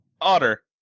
Otter